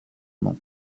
nom